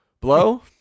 blow